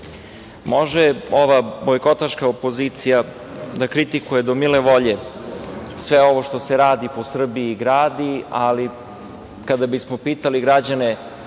Može ova bojkotaška opozicija da kritikuje do mile volje sve ovo što se radi i gradi po Srbiji, ali kada bismo pitali građane